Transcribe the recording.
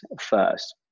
first